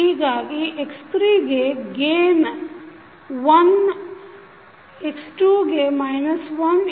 ಹೀಗಾಗಿ x3 ಗೆ gain 1 x2 ಗೆ 1 ಇರುತ್ತದೆ